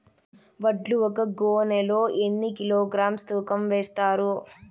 వడ్లు ఒక గోనె లో ఎన్ని కిలోగ్రామ్స్ తూకం వేస్తారు?